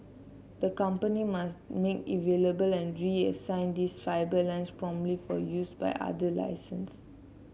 the company must then available and reassign these fibre lines promptly for use by other licensees